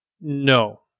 No